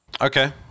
Okay